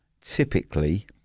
typically